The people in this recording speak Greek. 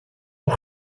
του